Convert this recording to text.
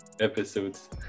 episodes